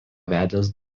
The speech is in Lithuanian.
vedęs